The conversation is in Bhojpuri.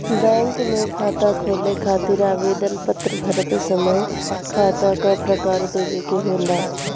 बैंक में खाता खोले खातिर आवेदन पत्र भरत समय खाता क प्रकार देवे के होला